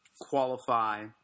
qualify